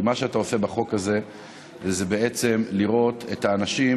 כי מה שאתה עושה בחוק הזה זה בעצם לראות את האנשים